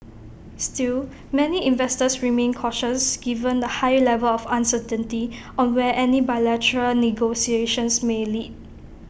still many investors remained cautious given the high level of uncertainty on where any bilateral negotiations may lead